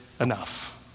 enough